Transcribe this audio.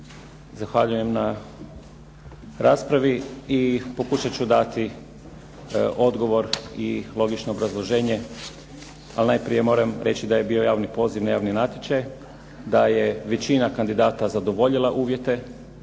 Zahvaljujem na raspravi i pokušat ću dati odgovor i logično obrazloženje, ali najprije moram reći da je bio javni poziv na javni natječaj, da je većina kandidata zadovoljila uvjete.